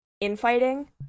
infighting